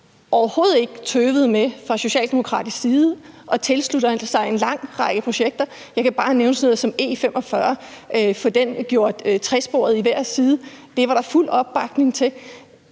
overhovedet ikke tøvede med fra socialdemokratisk side at tilslutte sig en lang række projekter. Jeg kan bare nævne sådan noget som at få gjort E45 tresporet i hver side – det var der fuld opbakning til.